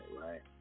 right